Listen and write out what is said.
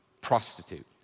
prostitute